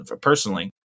personally